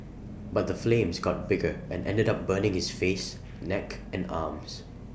but the flames got bigger and ended up burning his face neck and arms